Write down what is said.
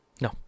No